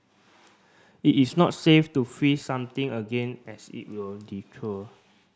it is not safe to freeze something again as it will